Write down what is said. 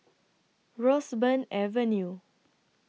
Roseburn Avenue